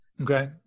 Okay